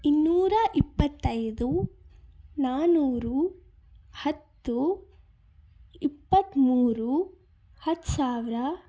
ಇನ್ನೂರ ಇಪ್ಪತ್ತೈದು ನಾನೂರು ಹತ್ತು ಇಪ್ಪತ್ತ್ಮೂರು ಹತ್ತು ಸಾವಿರ